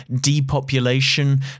depopulation